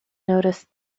noticed